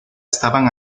estaban